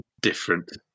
different